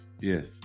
yes